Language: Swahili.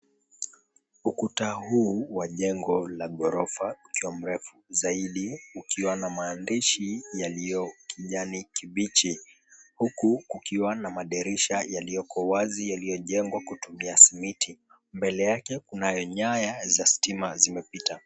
Ukuta huu wa jengo la ghorofa ukiwa mrefu zaidi, ukiwa na mahandishi yaliyo kijani kibichi. Huku kukiwa na madirisha yaliyoko wazi yaliyojengwa kutumia simiti. Mbele yake kuna nyaya za stima zimepita.